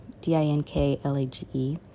D-I-N-K-L-A-G-E